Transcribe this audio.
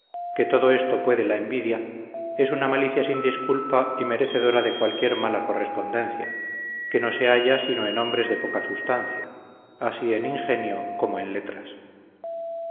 que todo esto puede la envidia es una malicia sin disculpa y merecedora de cualquier mala correspondencia que no se halla sino en hombres de poca substancia así en ingenio como en letras